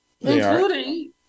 Including